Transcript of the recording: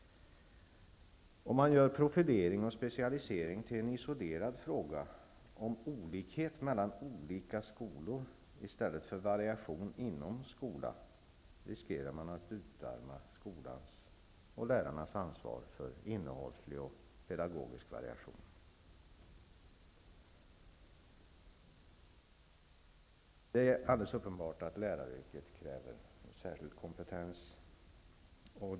Om detta med profilering och specialisering görs till en isolerad fråga som gäller olikheten mellan olika skolor i stället för att det handlar om variation inom skolan, finns risken att skolans och lärarnas ansvar utarmas när det gäller innehållslig och pedagogisk variation. Det är alldeles uppenbart att läraryrket kräver en särskild kompetens.